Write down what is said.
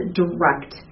direct